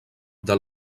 del